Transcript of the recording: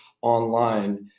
online